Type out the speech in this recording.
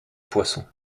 poisson